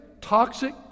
toxic